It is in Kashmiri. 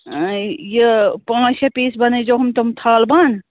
یہِ پانٛژھ شےٚ پیٖس بَنٲوِزیٚو ہُم تِم تھالہٕ بانہٕ